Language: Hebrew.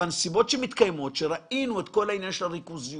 כי ראינו את כל העניין של הריכוזיות,